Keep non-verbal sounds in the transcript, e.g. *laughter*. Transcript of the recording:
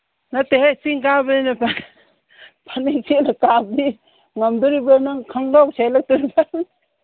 ꯅꯠꯇꯦꯍꯦ ꯆꯤꯡ ꯀꯥꯕꯅꯤꯅ ꯐꯅꯦꯛ ꯁꯦꯠꯂ ꯀꯥꯔꯗꯤ ꯉꯝꯗꯣꯔꯤꯕ꯭ꯔ ꯅꯪ ꯈꯪꯒꯥꯎ *unintelligible*